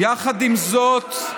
יחד עם זאת,